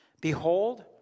Behold